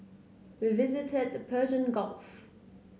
we visited the Persian Gulf